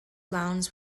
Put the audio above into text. lowndes